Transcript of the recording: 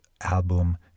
album